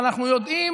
אבל אנחנו יודעים